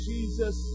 Jesus